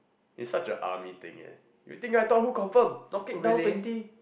it's such an army thing eh you think I thought who confirm knock it down twenty